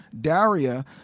Daria